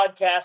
podcast